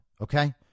Okay